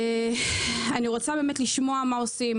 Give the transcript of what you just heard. אני רוצה לשמוע מה עושים,